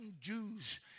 Jews